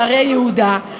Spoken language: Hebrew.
בהרי יהודה,